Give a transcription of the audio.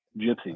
gypsy